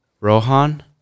Rohan